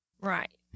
right